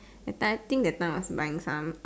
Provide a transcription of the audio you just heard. that time I think that time I was buying some